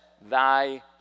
thy